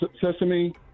sesame